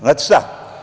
Znate šta?